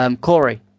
Corey